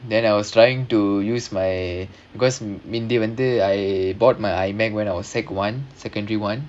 then I was trying to use my because vanthu:வந்து I bought my iMac when I was secondary one secondary one